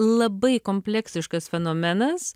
labai kompleksiškas fenomenas